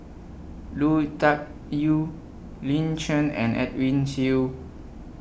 Lui Tuck Yew Lin Chen and Edwin Siew